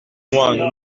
moi